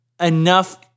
enough